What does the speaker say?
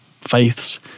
faiths